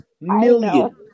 million